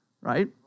right